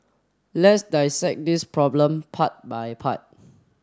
let's dissect this problem part by part